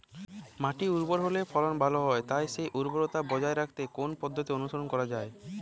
মাটি উর্বর হলে ফলন ভালো হয় তাই সেই উর্বরতা বজায় রাখতে কোন পদ্ধতি অনুসরণ করা যায়?